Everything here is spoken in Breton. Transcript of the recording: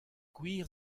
gwir